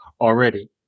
already